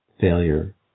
Failure